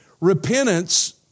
Repentance